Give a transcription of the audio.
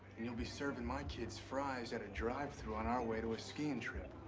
and you'll be serving my kids fries at a drive-thru on our way to a skiing trip.